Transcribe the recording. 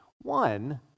One